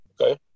okay